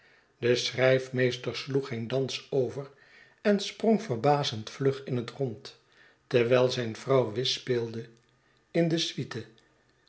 de schrijfmeester sloeg geen dans over en sprong verbazend vlug in het rond terwijl zijn vrouw whist speelde in de